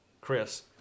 Chris